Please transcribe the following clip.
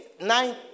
nine